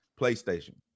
PlayStation